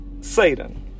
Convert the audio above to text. Satan